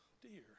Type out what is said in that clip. dear